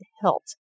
hilt